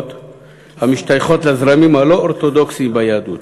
המשתייכות לזרמים הלא-אורתודוקסיים ביהדות.